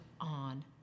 on